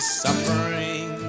suffering